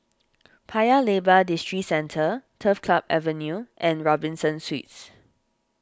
Paya Lebar Districentre Turf Club Avenue and Robinson Suites